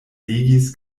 legis